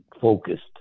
focused